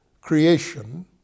creation